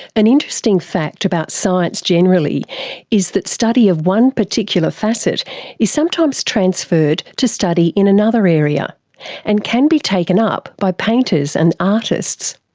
an interesting fact about science generally is that study of one particular facet is sometimes transferred to study in another area and can be taken up by painters and artists,